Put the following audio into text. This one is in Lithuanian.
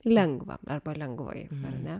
lengva arba lengvai ar ne